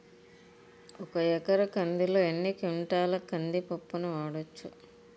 ఒక ఎకర కందిలో ఎన్ని క్వింటాల కంది పప్పును వాడచ్చు?